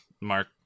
Mark